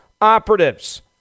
operatives